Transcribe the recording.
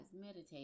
meditate